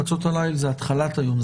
חצות הליל זה התחלת היום.